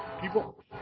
People